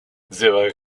zero